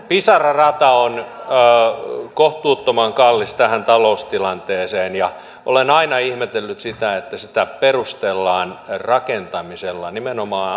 pisara rata on kohtuuttoman kallis tähän taloustilanteeseen ja olen aina ihmetellyt sitä että sitä perustellaan rakentamisella nimenomaan asuntorakentamisella